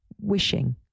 wishing